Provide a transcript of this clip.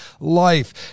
life